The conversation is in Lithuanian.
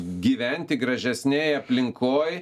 gyventi gražesnėj aplinkoj